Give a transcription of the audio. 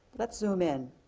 let's zoom in.